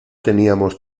teníamos